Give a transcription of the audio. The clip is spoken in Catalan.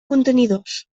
contenidors